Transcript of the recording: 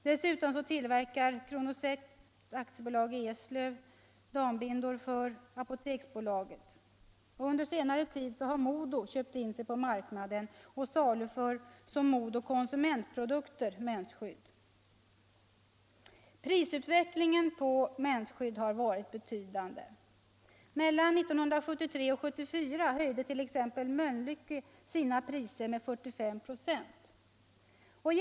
Dessutom tillverkar Kronosept AB i Eslöv dambindor för Apoteksbolaget, och på senare tid har Modo köpt in sig på marknaden och saluför mensskydd under firmanamnet Modo Konsumentprodukter. Prisutvecklingen när det gäller mensskydd har varit betydande. Mellan 1973 och 1974 höjde t.ex. Mölnlycke sina priser med 45 96.